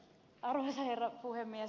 arvoisa herra puhemies